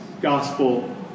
gospel